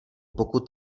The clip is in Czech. pokud